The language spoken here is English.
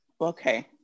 okay